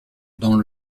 dans